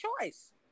choice